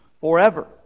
forever